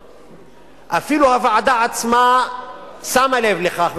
אפילו הוועדה עצמה שמה לב לכך,